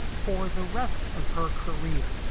for the rest of her career,